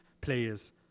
players